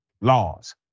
laws